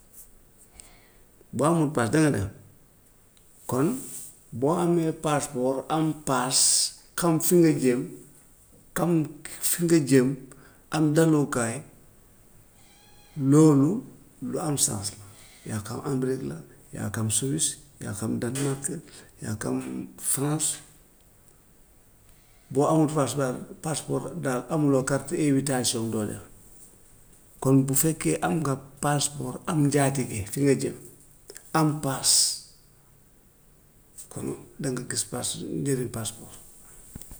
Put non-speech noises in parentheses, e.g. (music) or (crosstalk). Boo amut paas dinga dem, kon (noise) boo amee passport am paas, xam fi nga jëm, kam ki fi nga jëm, am dalukaay (noise) loolu lu am sens la. Yaa xam amerique la, yaa kam suisse, yaa xam denemark, (noise) yaa kam france. Boo amut paas daal, passport daal, amuloo carte invitation doo dem. Kon bu fekkee am nga passport, am njaatige fi nga jëm, am paas, kon danga gis pass (hesitation) njëriñ passport.